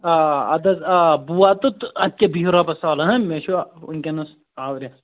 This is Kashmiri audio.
آ اَدٕ حظ آ بہٕ واتہٕ تہٕ اَدٕ کیٛاہ بِہِو رۄبَس حوال مےٚ چھُ وُنکٮ۪نَس آورٮ۪ر